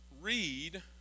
read